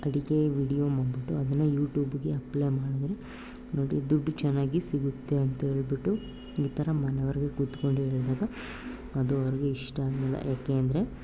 ಅಡುಗೆ ವೀಡಿಯೋ ಮಾಡ್ಬಿಟ್ಟು ಅದನ್ನು ಯೂಟ್ಯೂಬ್ಗೆ ಅಪ್ಲೈ ಮಾಡಿದ್ರೆ ನೋಡಿ ದುಡ್ಡು ಚೆನ್ನಾಗಿ ಸಿಗುತ್ತೆ ಅಂಥೇಳ್ಬಿಟ್ಟು ಈ ಥರ ಮನೆಯವ್ರಿಗೆ ಕೂತ್ಕೊಂಡು ಹೇಳಿದಾಗ ಅದು ಅವ್ರಿಗೆ ಇಷ್ಟ ಆಗಲಿಲ್ಲ ಯಾಕೆಂದ್ರೆ